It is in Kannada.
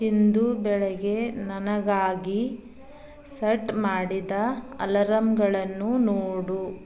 ಇಂದು ಬೆಳಗ್ಗೆ ನನಗಾಗಿ ಸಡ್ ಮಾಡಿದ ಅಲರಮ್ಗಳನ್ನು ನೋಡು